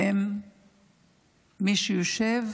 אם מי שיושב